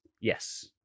Yes